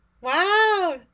Wow